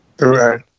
Right